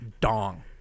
Dong